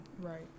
Right